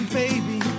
baby